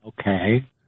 Okay